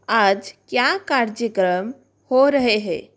आज क्या कार्यक्रम हो रहे हैं